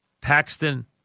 Paxton